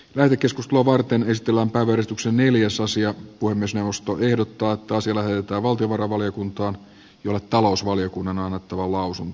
läänikeskustelua varten ristillä verotuksen eli jos asiaa pui myös puhemiesneuvosto ehdottaa että asia lähetetään valtiovarainvaliokuntaan jolle talousvaliokunnan on annettava lausunto